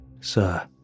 Sir